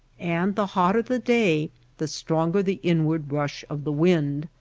and the hotter the day the stronger the inward rush of the wind.